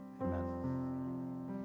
Amen